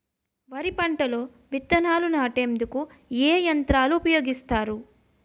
వరి పంటలో విత్తనాలు నాటేందుకు ఏ యంత్రాలు ఉపయోగిస్తారు?